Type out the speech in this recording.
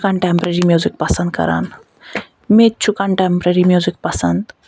contemporary music پَسَنٛد کَران مےٚ تہِ چھُ کَنٹیٚمپریٚری میوزِک پَسَنٛد